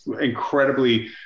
incredibly